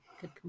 good